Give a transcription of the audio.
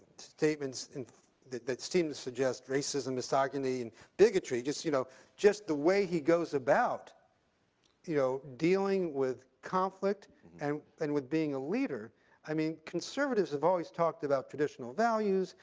statements and that that seem to suggest racism, misogyny, and bigotry just you know just the way he goes about you know dealing with conflict and and with being a leader i mean, conservatives have always talked about traditional values.